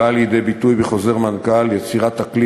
הבאה לידי ביטוי בחוזר מנכ"ל "יצירת אקלים